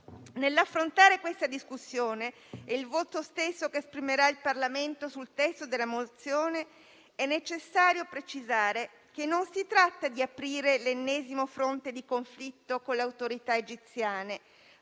Nell'affrontare questa discussione e il voto che esprimerà il Parlamento sul testo al nostro esame, è necessario precisare che non si tratta di aprire l'ennesimo fronte di conflitto con le autorità egiziane,